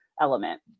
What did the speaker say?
element